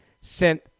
sent